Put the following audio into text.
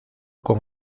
con